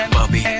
Bobby